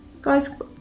Guys